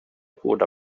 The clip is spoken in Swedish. goda